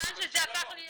-- מכיוון שזה הפך להיות,